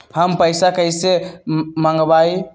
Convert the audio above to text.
हम पैसा कईसे मंगवाई?